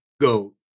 go